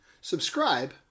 subscribe